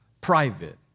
private